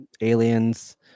Aliens